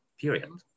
period